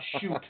shoot